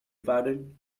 pardon